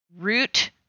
root